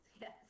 Yes